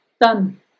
done